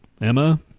Emma